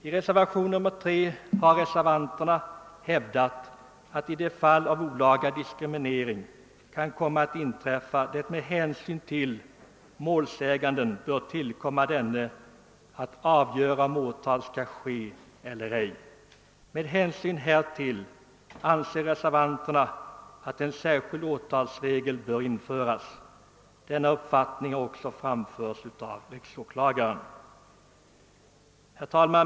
I reservationen 3 har reservanterna hävdat »att fall av olaga diskriminering kan komma att inträffa där det av hänsyn till målsäganden bör tillkomma denne att avgöra om åtal skall ske eller ej». Med hänsyn härtill anser reservanterna att en särskild åtalsregel bör införas. Denna uppfattning har också framförts av riksåklagaren. Herr talman!